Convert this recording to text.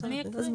אקריא.